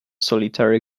solitary